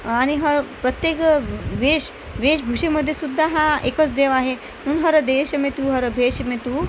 आणि हर प्रत्येक वेश वेशभूषेमध्ये सुद्धा हा एकच देव आहे हर देश मे तू हर भेश मे तू